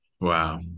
Wow